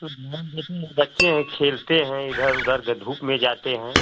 तो ध्यान देते हैं बच्चे हैं खेलते हैं इधर उधर का धूप में जाते हैं